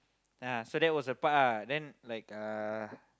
ya so that was the part ah then like uh